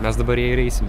mes dabar ja ir eisim